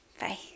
Bye